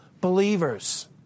believers